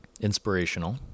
inspirational